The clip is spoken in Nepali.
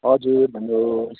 हजुर भन्नुहोस्